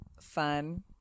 fun